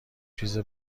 چیز